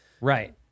Right